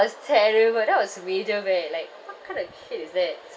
was terrible that was major man what kind of kid is that